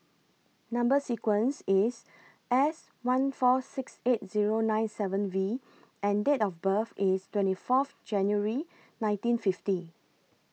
Number sequence IS S one four six eight Zero nine seven V and Date of birth IS twenty Fourth January nineteen fifty